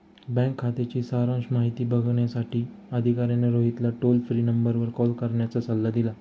bank खात्याची सारांश माहिती बघण्यासाठी अधिकाऱ्याने रोहितला टोल फ्री नंबरवर कॉल करण्याचा सल्ला दिला